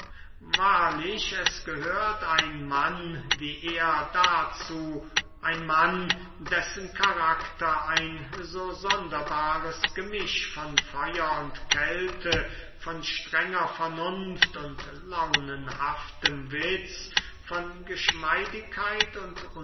wahrlich es gehört ein mann wie er dazu ein mann dessen karakter ein so sonderbares gemisch von feuer und kälte von strenger vernunft und launenhaftem witz von geschmeidigkeit und